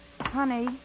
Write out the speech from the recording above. Honey